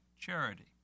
charity